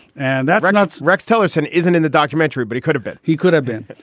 and that's not rex tillerson isn't in the documentary. but he could have been. he could have been.